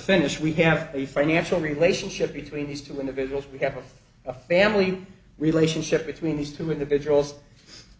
finish we have a financial relationship between these two individuals we have a family relationship between these two individuals